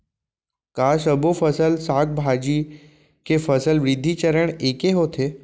का सबो फसल, साग भाजी के फसल वृद्धि चरण ऐके होथे?